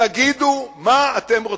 תגידו, מה אתם רוצים?